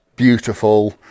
Beautiful